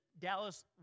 Dallas